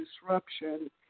disruption